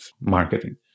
marketing